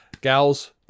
gals